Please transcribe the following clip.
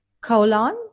colon